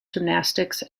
gymnastics